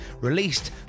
released